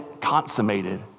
consummated